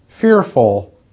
fearful